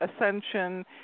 ascension